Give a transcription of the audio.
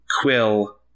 Quill